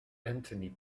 anthony